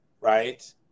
right